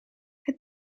het